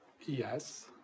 Yes